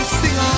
sing